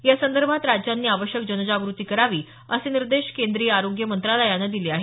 या संदर्भात राज्यांनी आवश्यक जनजागृती करावी असे निर्देश केंद्रीय आरोग्य मंत्रालयानं दिले आहेत